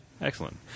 Excellent